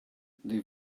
they